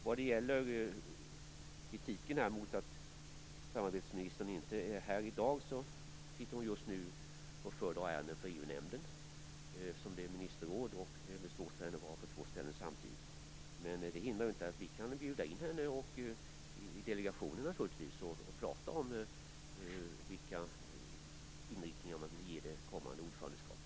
När det gäller kritiken mot att samarbetsministern inte är här just nu vill jag bara upplysa att hon just nu sitter och föredrar ärenden för EU-nämnden, eftersom det snart är mininsterrådsmöte. Det är svårt för henne att vara på två ställen samtidigt. Men det hindrar inte att vi kan bjuda in henne till delegationen för att diskutera vilken inriktning som man vill ge det kommande ordförandeskapet.